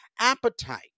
appetite